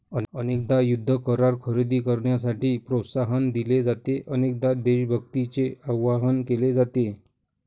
अनेकदा युद्ध करार खरेदी करण्यासाठी प्रोत्साहन दिले जाते, अनेकदा देशभक्तीचे आवाहन केले जाते